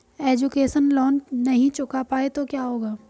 Education loan नहीं चुका पाए तो क्या होगा?